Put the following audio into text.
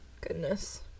Goodness